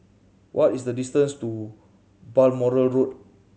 what is the distance to Balmoral Road